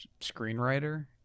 screenwriter